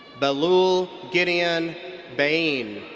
belul ghideon bein.